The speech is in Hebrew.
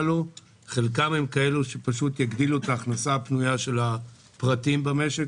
חלקם הם כאלו שפשוט יגדילו את ההכנסה הפנויה של הפרטים במשק,